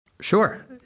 Sure